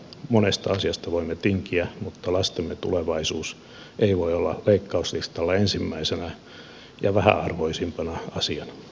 monesta asiasta voimme tinkiä mutta lastemme tulevaisuus ei voi olla leikkauslistalla ensimmäisenä ja vähäarvoisimpana asiana